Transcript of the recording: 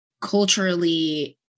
culturally